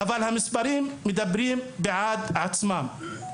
אבל המספרים מדברים בעד עצמם.